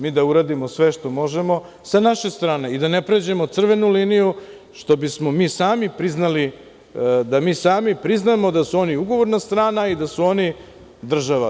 Mi da uradimo sve što možemo sa naše strane i da ne pređemo crvenu liniju, što bismo mi sami priznali, da mi sami priznamo da su oni ugovorna strana i da su oni država.